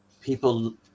people